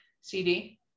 cd